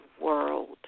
world